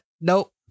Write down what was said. nope